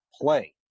play